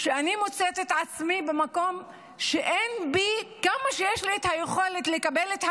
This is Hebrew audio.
ואני מוצאת את עצמי במקום שכמה שיש לי את היכולת לקבל את המענה,